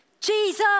Jesus